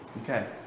Okay